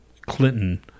Clinton